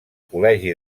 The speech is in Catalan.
col·legi